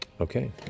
Okay